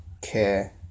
care